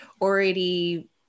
already